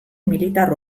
militar